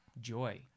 joy